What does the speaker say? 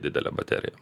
didelė baterija